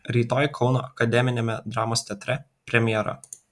rytoj kauno akademiniame dramos teatre premjera